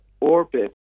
orbit